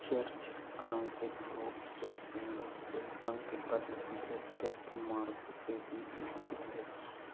church आंशिक रूप से पेड़ों से पंक्तिबद्ध दो व्यस्त मार्गों के बीच स्थित है